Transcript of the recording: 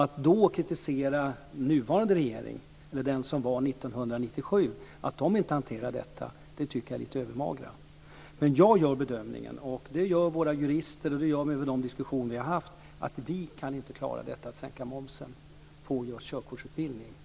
Att då kritisera nuvarande regering, eller den som fanns 1997, för att man inte hanterade detta tycker jag är lite övermaga. Jag gör bedömningen, och det gör även våra jurister vid de diskussioner vi har haft, att vi inte kan klara att sänka momsen på just körkortsutbildning.